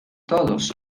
todos